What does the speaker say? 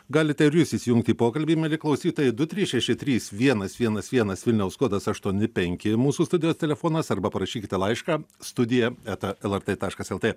galite ir jūs įsijungti į pokalbį mieli klausytojai du trys šeši trys vienas vienas vienas vilniaus kodas aštuoni penki mūsų studijos telefonas arba parašykite laišką studija eta lrt taškas lt